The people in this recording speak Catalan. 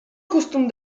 costum